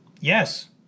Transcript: Yes